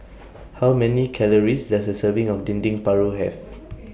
How Many Calories Does A Serving of Dendeng Paru Have